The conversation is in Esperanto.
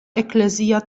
eklezia